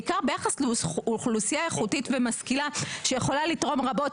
בעיקר ביחס לאוכלוסייה איכותית ומשכילה שיכולה לתרום רבות".